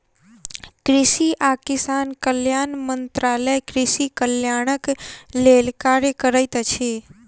कृषि आ किसान कल्याण मंत्रालय कृषि कल्याणक लेल कार्य करैत अछि